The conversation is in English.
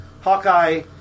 Hawkeye